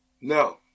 No